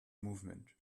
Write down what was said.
movement